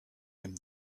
him